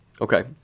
Okay